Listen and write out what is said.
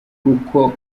kuko